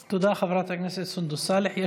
תודה, חברת הכנסת סונדוס סאלח.